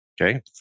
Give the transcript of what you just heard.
Okay